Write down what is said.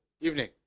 evening